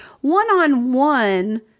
One-on-one